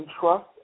trust